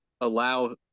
allow